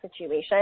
situation